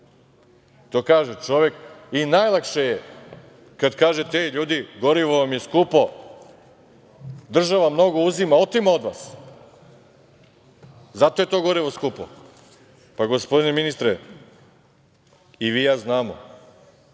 kaže čovek i najlakše je kad kažete – ej, ljudi gorivo vam je skupo, država mnogo uzima, otima od vas, zato je to gorivo skupo. Pa, gospodine ministre, i vi i ja znamo,